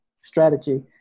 strategy